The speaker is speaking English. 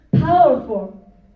powerful